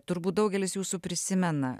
turbūt daugelis jūsų prisimena